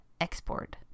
export